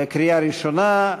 קריאה ראשונה,